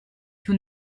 you